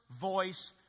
voice